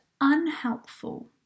unhelpful